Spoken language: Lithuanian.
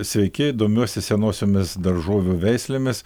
sveiki domiuosi senosiomis daržovių veislėmis